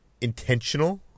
intentional